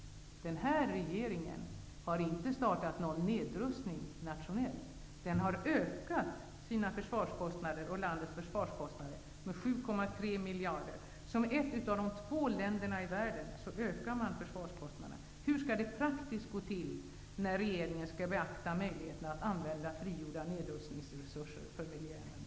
Denna regering har inte startat någon nedrustning nationellt. Den har ökat försvarskostnaderna med 7,3 miljarder kronor. Sverige är ett av två länder i världen som ökar försvarskostnaderna. Hur skall det praktiskt gå till när regeringen skall beakta möjligheterna att använda frigjorda nedrustningsresurser för miljöändamål?